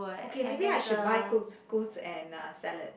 okay maybe I should buy couscous and uh salad